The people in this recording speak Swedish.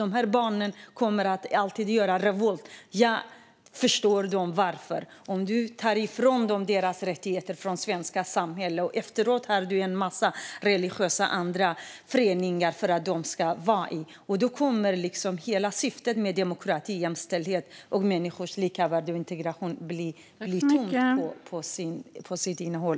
Barnen kommer alltid att göra revolt. Jag förstår varför de gör det. Om du tar ifrån dem deras rättigheter i det svenska samhället bildar de efteråt en massa andra religiösa föreningar där de kan vara. Då kommer hela syftet med demokrati, jämställdhet, människors lika värde och integration bli tomt på sitt innehåll.